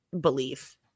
belief